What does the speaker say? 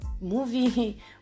movie